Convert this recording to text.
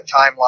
timeline